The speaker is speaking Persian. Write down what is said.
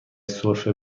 سرفه